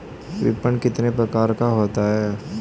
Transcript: विपणन कितने प्रकार का होता है?